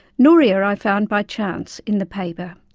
nouria, i found by chance, in the paper.